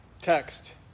text